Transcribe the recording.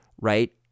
right